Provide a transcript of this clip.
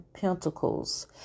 pentacles